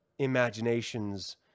imaginations